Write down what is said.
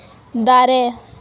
ᱫᱟᱨᱮ